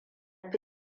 fi